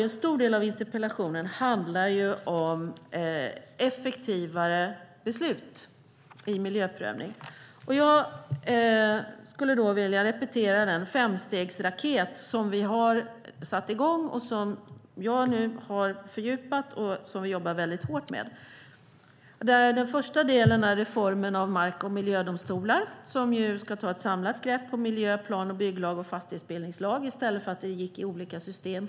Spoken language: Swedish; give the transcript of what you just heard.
En stor del av interpellationen handlar om effektivare beslut i miljöprövningar. Då skulle jag vilja repetera den femstegsraket som vi har satt i gång och som jag har fördjupat. Vi jobbar mycket hårt med den. Det första steget är reformen av mark och miljödomstolar. De ska ta ett samlat grepp på miljö, plan och bygglag och fastighetsbildningslag. Tidigare gick det i olika system.